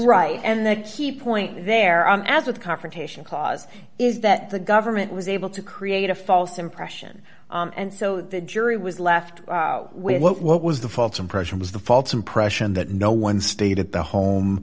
right and the key point there as with confrontation clause is that the government was able to create a false impression and so the jury was left with what what was the false impression was the false impression that no one stayed at the home